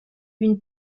une